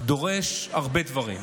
דורש הרבה דברים.